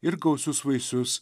ir gausius vaisius